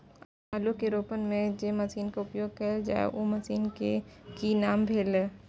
आलू के रोपय में जे मसीन के उपयोग कैल जाय छै उ मसीन के की नाम भेल?